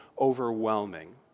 overwhelming